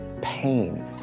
pain